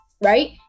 right